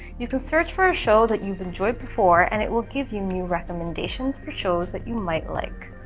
you can search for a show that you've enjoyed before and it will give you new recommendations for shows that you might like.